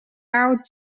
out